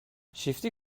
شیفتی